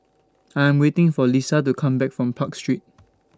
I'm waiting For Lesa to Come Back from Park Street